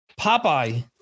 Popeye